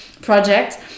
project